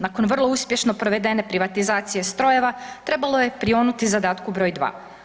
Nakon vrlo uspješno provedene privatizacije strojeva trebalo je prionuti zadatku broj dva.